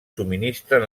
subministren